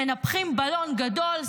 מנפחים בלון גדול,